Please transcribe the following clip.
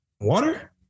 water